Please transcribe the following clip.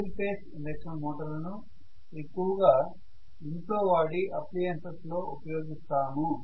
single phase induction motor లను ఎక్కువ గా ఇంట్లో వాడే అప్లయెన్సెస్ లో ఉపయోగిస్తాము